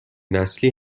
نسلی